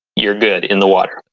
you're good in the water.